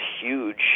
huge